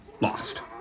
lost